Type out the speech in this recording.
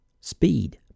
Speed